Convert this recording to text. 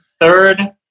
third